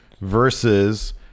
versus